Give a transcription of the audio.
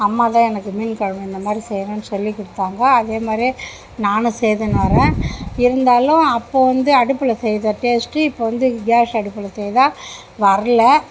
அம்மா தான் எனக்கு மீன் குழம்பு இந்த மாதிரி செய்யணுன் சொல்லி கொடுத்தாங்க அதே மாதிரியே நானும் செய்துன்னு வரேன் இருந்தாலும் அப்போது வந்து அடுப்பில் செய்த டேஸ்ட்டு இப்போது வந்து கேஷ் அடுப்பில் செய்தால் வரல